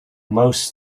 most